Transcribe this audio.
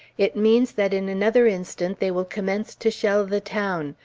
it means that in another instant they will commence to shell the town.